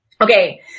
Okay